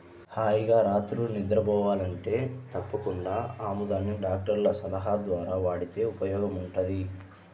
హాయిగా రాత్రిళ్ళు నిద్రబోవాలంటే తప్పకుండా ఆముదాన్ని డాక్టర్ల సలహా ద్వారా వాడితే ఉపయోగముంటది